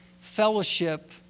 fellowship